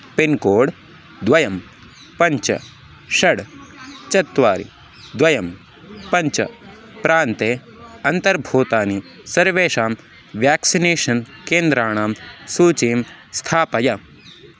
pincode द्वे पञ्च षड् चत्वारि द्वे पञ्च प्रान्ते अन्तर्भूतानि सर्वेषां व्याक्सिनेषन् केन्द्राणां सूचीं स्थापय